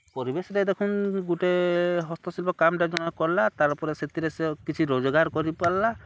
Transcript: ପରିବେଶ୍ରେ ଦେଖୁନ୍ ଗୁଟେ ହସ୍ତଶିଳ୍ପ କାମ୍ଟା ଜଣେ କଲା ତାର୍ପରେ ସେଥିରେ ସେ କିଛି ରୋଜଗାର୍ କରିପାର୍ଲା